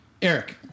Eric